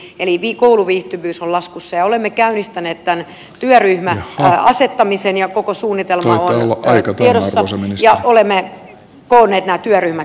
eli kouluviihtyvyys on laskussa ja olemme käynnistäneet tämän työryhmäasettamisen ja koko suunnitelma on tiedossa ja olemme koonneet nämä työryhmät jo